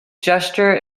gesture